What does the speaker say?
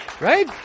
Right